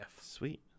Sweet